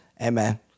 Amen